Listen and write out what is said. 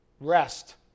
rest